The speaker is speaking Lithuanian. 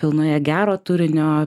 pilnoje gero turinio